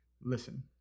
Listen